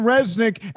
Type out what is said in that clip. Resnick